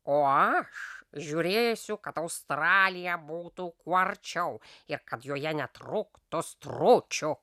o aš žiūrėsiu kad australija būtų kuo arčiau ir kad joje netruktų stručių